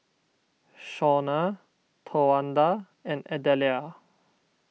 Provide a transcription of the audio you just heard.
Shawna Towanda and Adelia